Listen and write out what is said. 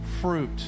fruit